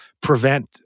prevent